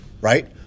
right